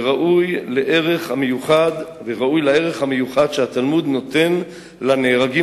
וראוי לערך המיוחד שהתלמוד נותן לנהרגים